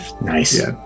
Nice